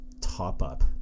top-up